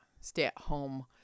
stay-at-home